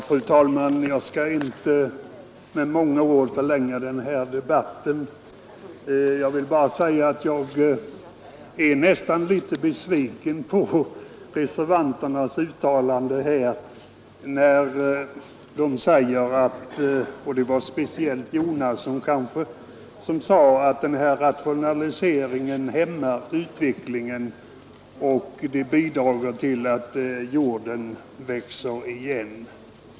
Fru talman! Jag skall inte med många ord förlänga denna debatt. Jag vill bara säga att jag är litet besviken på reservanternas företrädare, kanske speciellt herr Jonasson, som sade att denna rationaliseringsverksamhet hämmar utvecklingen och bidrager till att jorden växer igen.